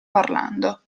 parlando